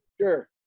sure